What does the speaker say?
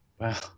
Wow